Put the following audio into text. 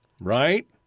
Right